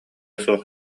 суох